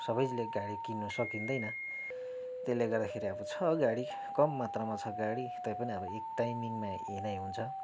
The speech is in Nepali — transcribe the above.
सबैले गाडी किन्न सकिँदैन त्यसले गर्दाखेरि छ गाडी कम मात्रामा छ गाडी तैपनि एक टाइमिङमा हिँडाइ हुन्छ